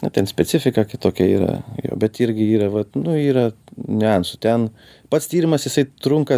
na ten specifika kitokia yra jo bet irgi yra vat nu yra niuansų ten pats tyrimas jisai trunka